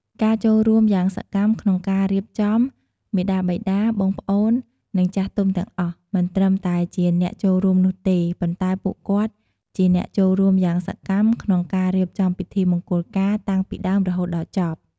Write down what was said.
ការចូលរួមយ៉ាងសកម្មក្នុងការរៀបចំ មាតាបិតា បងប្អូន និងចាស់ទុំទាំងអស់ មិនត្រឹមតែជាអ្នកចូលរួមនោះទេ ប៉ុន្តែពួកគាត់ជាអ្នកចូលរួមយ៉ាងសកម្មក្នុងការរៀបចំពិធីមង្គលការតាំងពីដើមរហូតដល់ចប់។